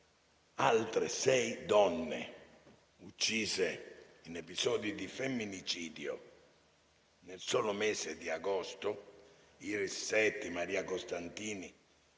altre sei donne uccise in episodi di femminicidio nel solo mese di agosto, Iris Setti, Maria Costantini,